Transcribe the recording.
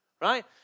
Right